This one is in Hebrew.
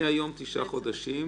מהיום תשעה חודשים